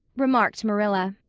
remarked marilla.